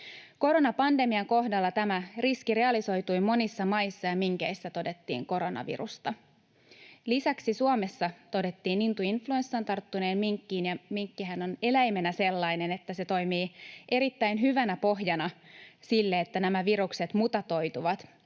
Koronapandemian kohdalla tämä riski realisoitui monissa maissa ja minkeissä todettiin koronavirusta. Lisäksi Suomessa todettiin lintuinfluenssan tarttuneen minkkiin. Minkkihän on eläimenä sellainen, että se toimii erittäin hyvänä pohjana sille, että nämä virukset mutatoituvat,